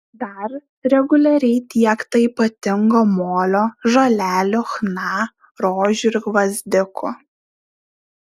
dar reguliariai tiekta ypatingo molio žolelių chna rožių ir gvazdikų